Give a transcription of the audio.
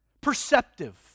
perceptive